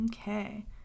Okay